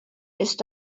ist